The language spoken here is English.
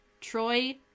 troy